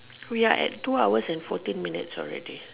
we are at two hours and forty minutes already